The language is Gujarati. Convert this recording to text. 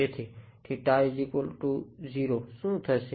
તેથી 0 શું થશે